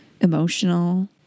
emotional